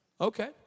Okay